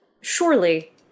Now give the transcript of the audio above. surely